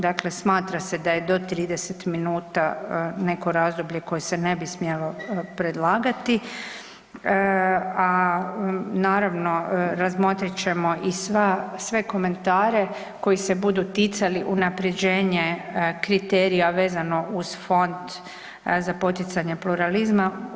Dakle, smatra se da je do 30 minuta neko razdoblje koje se ne bi smjelo predlagati, a naravno razmotrit ćemo i sve komentare koji se budu ticali unapređenje kriterija vezano uz Fond za poticanje pluralizma.